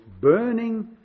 burning